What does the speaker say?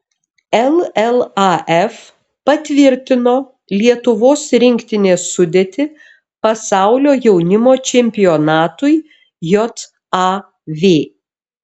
llaf patvirtino lietuvos rinktinės sudėtį pasaulio jaunimo čempionatui jav